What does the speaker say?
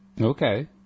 Okay